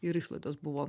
ir išlaidos buvo